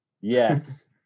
Yes